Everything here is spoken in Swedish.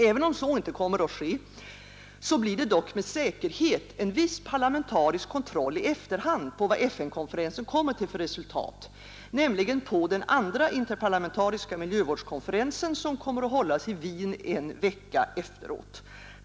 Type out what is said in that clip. Även om så inte kommer att ske, blir det dock med säkerhet en viss parlamentarisk kontroll i efterhand på vad FN-konferensen kommer till för resultat, nämligen på den andra interparlamentariska miljövårdskonferensen, som kommer att hållas i Wien en vecka efteråt.